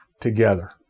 together